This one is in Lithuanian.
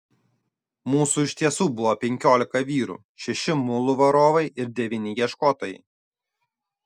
mūsų iš tiesų buvo penkiolika vyrų šeši mulų varovai ir devyni ieškotojai